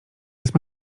jest